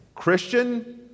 Christian